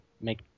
make